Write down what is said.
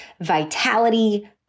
vitality